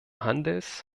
handels